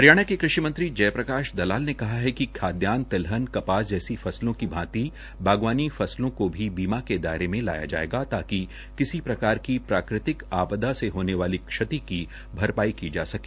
हरियाणा के के कृषि मंत्री जयप्रकाश दलाल ने कहा है कि खाद्यान्न तिलहन कपास जैसी फसलों की भांति बागवानी फसलों को भी बीमा के दायरे में लाया जाएगा ताकि किसी भी प्राकृतिक आपदा से होने वाली क्षति की भरपाई की जा सके